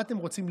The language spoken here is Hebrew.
מה אתם רוצים,